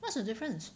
what's the difference